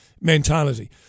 mentality